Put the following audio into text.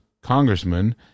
congressman